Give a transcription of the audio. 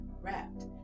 wrapped